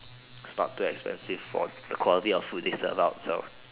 it's not too expensive for the quality of food they serve out so